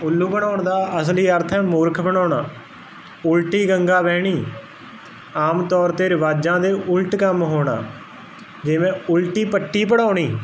ਉੱਲੂ ਬਣਾਉਣ ਦਾ ਅਸਲੀ ਅਰਥ ਹੈ ਮੂਰਖ ਬਣਾਉਣਾ ਉਲਟੀ ਗੰਗਾ ਵਹਿਣੀ ਆਮ ਤੌਰ ਤੇ ਰਿਵਾਜਾਂ ਦੇ ਉਲਟ ਕੰਮ ਹੋਣਾ ਜਿਵੇਂ ਉਲਟੀ ਪੱਟੀ ਪੜਾਉਣੀ